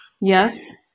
Yes